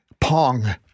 Pong